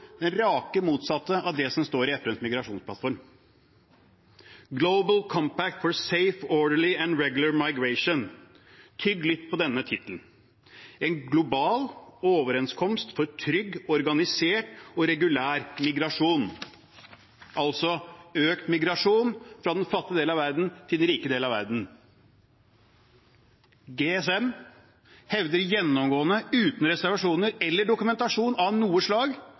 rake motsatte av det som står i FNs migrasjonsplattform. «Global Compact for Safe, Orderly and Regular Migration» – tygg litt på den tittelen. En global overenskomst for trygg, organisert og regulær migrasjon – altså, økt migrasjon fra den fattige del av verden til den rike del av verden. GCM hevder gjennomgående, uten reservasjon eller dokumentasjon av noe slag,